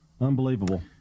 Unbelievable